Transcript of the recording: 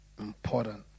important